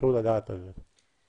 חשוב לדעת את זה.